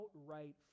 outright